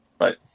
Right